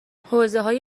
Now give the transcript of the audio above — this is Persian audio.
حوزههای